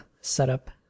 setup